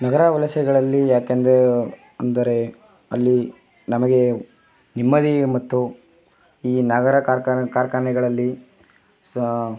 ನಗರ ವಲಸೆಗಳಲ್ಲಿ ಯಾಕೆಂದರೆ ಅಂದರೆ ಅಲ್ಲಿ ನಮಗೆ ನೆಮ್ಮದಿ ಮತ್ತು ಈ ನಗರ ಕಾರ್ಖಾನೆ ಕಾರ್ಖಾನೆಗಳಲ್ಲಿ ಸ